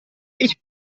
ich